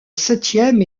septième